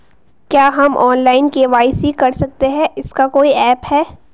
क्या हम online KYC कर सकते हैं इसका कोई ऐप है?